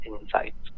insights